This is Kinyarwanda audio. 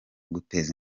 guteza